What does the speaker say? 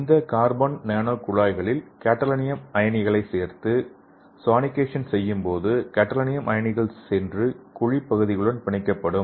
இந்த கார்பன் நானோகுழாய்களில் கடோலினியம் அயனிகளைச் சேர்த்து சோனிகேஷன் செய்யும்போது கடோலினியம் அயனிகள் சென்று குழி பகுதிகளுடன் பிணைக்கப்படும்